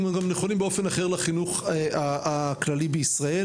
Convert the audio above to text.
נכונים גם באופן אחר לחינוך הכללי בישראל